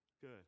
Good